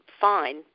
fine